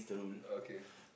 oh okay